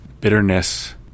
bitterness